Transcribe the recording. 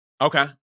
Okay